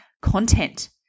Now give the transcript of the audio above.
content